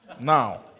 Now